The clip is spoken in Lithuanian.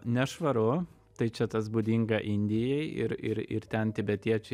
nešvaru tai čia tas būdinga indijai ir ir ir ten tibetiečiai